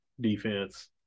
defense